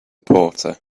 porter